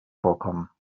vorkommen